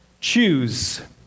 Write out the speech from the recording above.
Choose